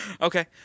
Okay